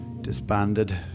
disbanded